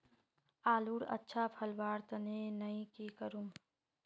आलूर अच्छा फलवार तने नई की करूम?